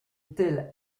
telle